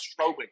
strobing